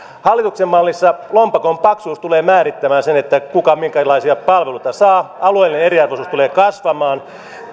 hallituksen mallissa lompakon paksuus tulee määrittämään sen kuka minkäkinlaisia palveluita saa alueellinen eriarvoisuus tulee kasvamaan